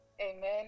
Amen